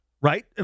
right